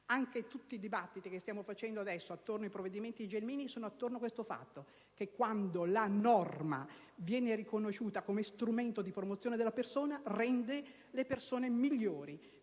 Anche tutti i dibattiti che stiamo facendo sui provvedimenti del ministro Gelmini sono intorno a questo fatto: quando la norma viene riconosciuta come strumento di promozione della persona rende le persone migliori.